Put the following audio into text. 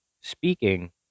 speaking